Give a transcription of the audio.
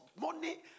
money